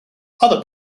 other